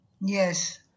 Yes